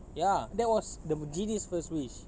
ya that was the genie's first wish